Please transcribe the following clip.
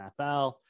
NFL